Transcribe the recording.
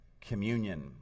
communion